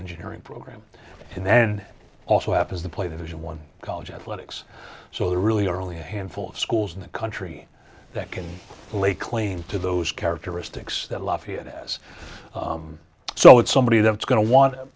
engineering program and then also happens to play the vision one college athletics so there really are only a handful of schools in the country that can lay claim to those characteristics that lafayette is so it's somebody that's going to want